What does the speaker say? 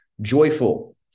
joyful